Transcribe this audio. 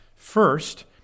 First